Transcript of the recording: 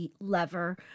lever